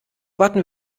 warten